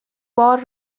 بار